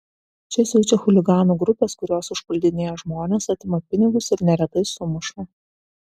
čia siaučia chuliganų grupės kurios užpuldinėja žmones atima pinigus ir neretai sumuša